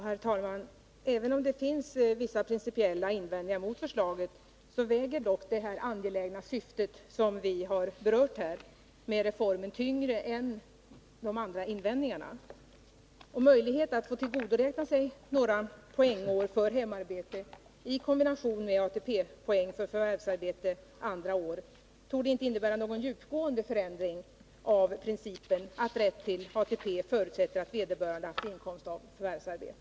Herr talman! Även om det finns vissa principiella invändningar mot förslaget, väger dock det angelägna syftet med reformen tyngre. Möjligheten att få tillgodoräkna sig några poängår för hemarbete i kombination med ATP-poäng för förvärvsarbete andra år torde inte innebära någon djupgående förändring av principen att rätt till ATP förutsätter att vederbörande haft inkomst av förvärvsarbete.